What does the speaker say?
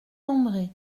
andré